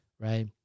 right